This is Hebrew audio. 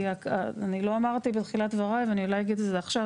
כי אני לא אמרתי בתחילת דבריי ואני אולי אגיד את זה עכשיו,